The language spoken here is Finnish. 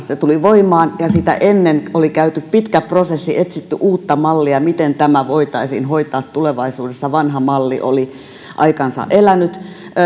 se tuli voimaan ja sitä ennen oli käyty pitkä prosessi etsitty uutta mallia miten tämä voitaisiin hoitaa tulevaisuudessa vanha malli oli aikansa elänyt